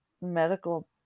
medical